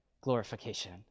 glorification